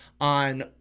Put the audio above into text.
on